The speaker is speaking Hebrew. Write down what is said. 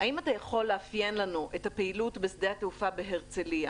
האם אתה יכול לאפיין לנו את הפעילות בשדה התעופה בהרצליה,